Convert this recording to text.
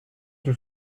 tout